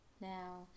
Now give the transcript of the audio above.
now